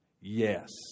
Yes